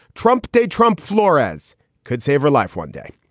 trump day. trump flores could save her life one day.